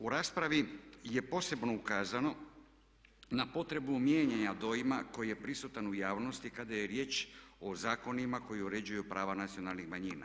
U raspravi je posebno ukazano na potrebu mijenjanja dojma koji je prisutan u javnosti kada je riječ o zakonima koji uređuju prava nacionalnih manjina.